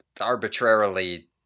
arbitrarily